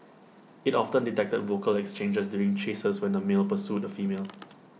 IT often detected vocal exchanges during chases when A male pursued A female